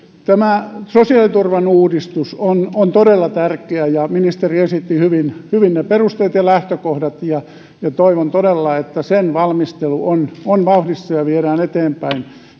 tämä sosiaaliturvan uudistus on on todella tärkeä ja ministeri esitti hyvin hyvin ne perusteet ja lähtökohdat toivon todella että sen valmistelu on on vauhdissa ja sitä viedään eteenpäin